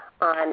on